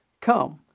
come